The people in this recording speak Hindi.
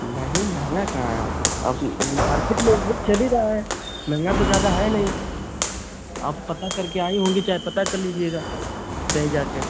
नहीं महँगा कहाँ है अब यह मार्केट ले लीजिए चल ही रहा है महँगा तो ज़्यादा है नहीं आप पता करके आई होंगी चाहे पता कर लीजिएगा कहीं जाकर